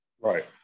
Right